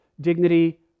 dignity